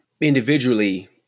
individually